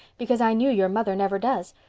because i knew your mother never does.